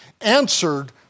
answered